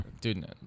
Dude